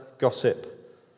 Gossip